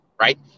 right